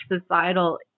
societal